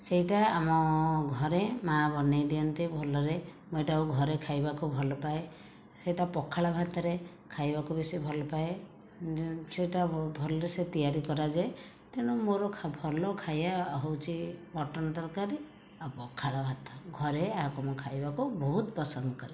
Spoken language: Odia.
ସେଇଟା ଆମ ଘରେ ମା' ବନେଇଦିଅନ୍ତି ଭଲରେ ମୁଁ ଏଇଟାକୁ ଘରେ ଖାଇବାକୁ ଭଲ ପାଏ ସେଇଟା ପଖାଳ ଭାତରେ ଖାଇବାକୁ ବେଶୀ ଭଲ ପାଏ ସେଇଟା ଭଲସେ ତିଆରି କରାଯାଏ ତେଣୁ ମୋର ଭଲ ଖାଇବା ହେଉଛି ମଟନ ତରକାରୀ ଆଉ ପଖାଳ ଭାତ ଘରେ ଏହାକୁ ମୁଁ ଖାଇବାକୁ ବହୁତ ପସନ୍ଦ କରେ